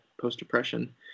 post-depression